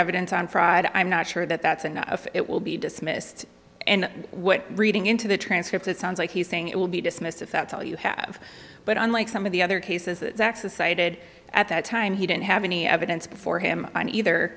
evidence on friday i'm not sure that that's enough it will be dismissed and what reading into the transcript it sounds like he's saying it will be dismissed if that's all you have but unlike some of the other cases it's access cited at that time he didn't have any evidence before him on either